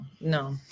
No